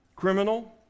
criminal